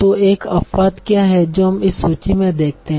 तो एक अपवाद क्या है जो हम इस सूची में देखते हैं